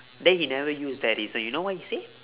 then he never use that reason you know what he say